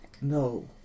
No